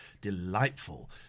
delightful